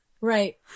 right